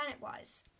planet-wise